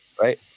right